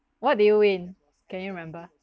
what did you win can you remember